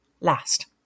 last